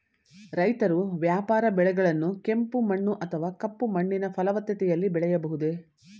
ರೈತರು ವ್ಯಾಪಾರ ಬೆಳೆಗಳನ್ನು ಕೆಂಪು ಮಣ್ಣು ಅಥವಾ ಕಪ್ಪು ಮಣ್ಣಿನ ಫಲವತ್ತತೆಯಲ್ಲಿ ಬೆಳೆಯಬಹುದೇ?